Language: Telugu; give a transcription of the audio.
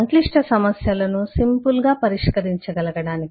సంక్లిష్ట సమస్యలను సింపుల్ గా పరిష్కరించ గలగడానికి